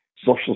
social